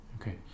Okay